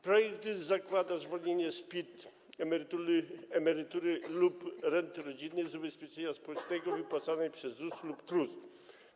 Projekt zakłada zwolnienie z PIT emerytury lub renty rodzinnej z ubezpieczenia społecznego wypłacanej przez ZUS lub KRUS.